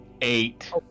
Eight